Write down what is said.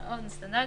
מאוד סטנדרטים.